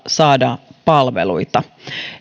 saada palveluita